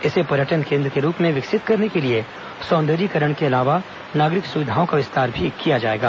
इसे पर्यटन केन्द्र के रूप में विकसित करने के लिए सौंदर्यीकरण के अलावा नागरिक सुविधाओं का विस्तार किया जाएगा